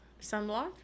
sunblock